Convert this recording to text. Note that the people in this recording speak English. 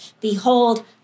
Behold